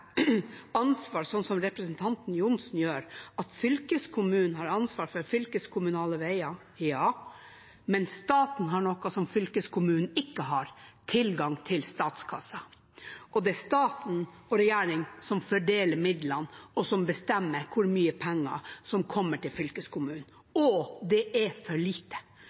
ansvar, slik som representanten Johnsen gjør, ved å si at fylkeskommunen har ansvar for fylkeskommunale veier. Ja, men staten har noe som ikke fylkeskommunen har: tilgang til statskassen. Det er staten og regjeringen som fordeler midlene og bestemmer hvor mye penger som kommer til fylkeskommunen, og det er for lite.